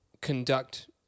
conduct